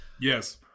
Yes